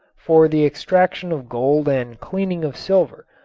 for the extraction of gold and cleaning of silver,